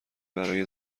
برای